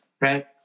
right